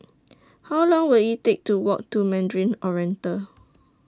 How Long Will IT Take to Walk to Mandarin Oriental